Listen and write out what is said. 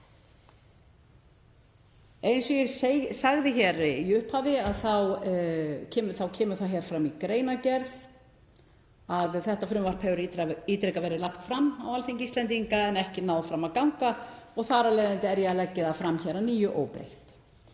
Eins og ég sagði hér í upphafi kemur það fram í greinargerð að þetta frumvarp hefur ítrekað verið lagt fram á Alþingi Íslendinga en ekki náð fram að ganga og þar af leiðandi er ég að leggja það fram að nýju óbreytt.